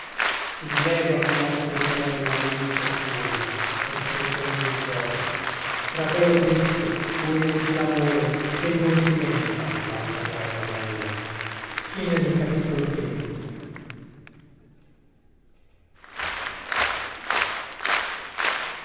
si dilegua con occhi di sorella indi ciascuna e si riprende il cuore fratello triste cui mentì lamore che non ti menta laltra cosa bella